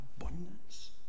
abundance